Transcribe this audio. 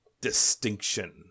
distinction